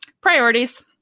priorities